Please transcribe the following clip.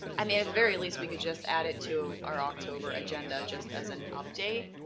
i mean very least we could just add it to our october agenda just as an update.